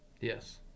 Yes